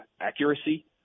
accuracy